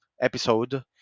episode